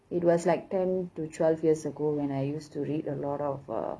it was like ten to twelve years ago when I used to read a lot of uh